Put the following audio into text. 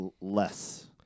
less